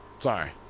Sorry